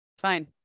Fine